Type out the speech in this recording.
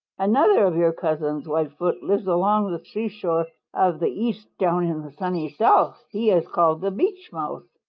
another of your cousins, whitefoot, lives along the seashore of the east down in the sunny south. he is called the beach mouse.